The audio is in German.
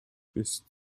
bis